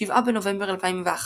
7 בנובמבר 2011